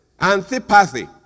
Antipathy